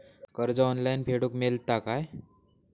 कर्ज ऑनलाइन फेडूक मेलता काय?